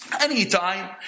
Anytime